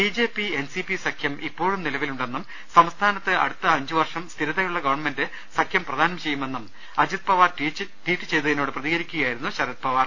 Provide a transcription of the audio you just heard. B J P N C P സഖ്യം ഇപ്പോഴും നിലവിലുണ്ടെന്നും സംസ്ഥാ നത്ത് അടുത്ത അഞ്ചുവർഷം സ്ഥിരതയുള്ള ഗവൺമെന്റ് സഖ്യം പ്രദാനം ചെയ്യുമെന്നും അജിത്പവാർ ട്വീറ്റ് ചെയ്തതിനോട് പ്രതികരിക്കുകയായി രുന്നു ശരത് പവാർ